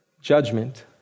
Judgment